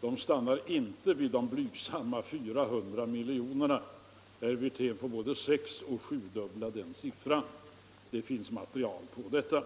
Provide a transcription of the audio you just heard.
Det stannar inte vid blygsamma 400 miljoner — herr Wirfen får både sexoch sjudubbla den siffran. Det finns material på detta.